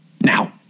Now